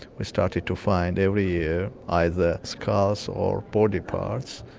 we started to find every year either skulls or body parts,